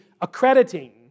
accrediting